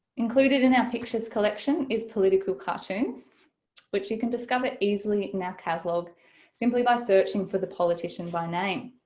included in our pictures collection is political cartoons which you can discover easily in our catalogue simply by searching for the politician by name.